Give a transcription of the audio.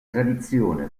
tradizione